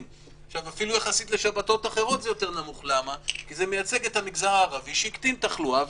אנחנו רואים שיש ירידה בתחלואה,